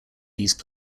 these